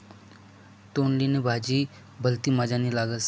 तोंडली नी भाजी भलती मजानी लागस